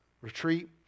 retreat